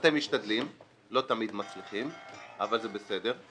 אתם משתדלים ולא תמיד מצליחים, אבל זה בסדר.